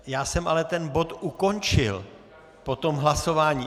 Já jsem ale ten bod ukončil po tom hlasování.